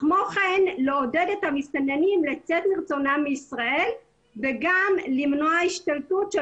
כמו כן לעודד את המסתננים לצאת מרצונם מישראל וגם למנוע השתלטות של